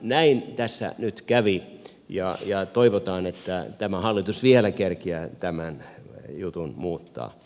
näin tässä nyt kävi ja toivotaan että tämä hallitus vielä kerkiää tämän jutun muuttaa